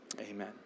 Amen